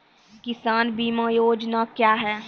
किसान बीमा योजना क्या हैं?